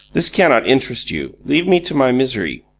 this cannot interest you. leave me to my misery.